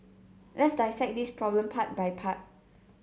let's dissect this problem part by part